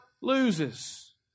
loses